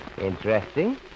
Interesting